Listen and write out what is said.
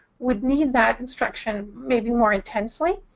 would need that instruction maybe more intensely.